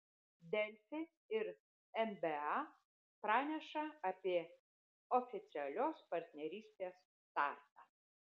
delfi ir nba praneša apie oficialios partnerystės startą